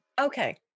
Okay